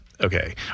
Okay